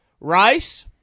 Rice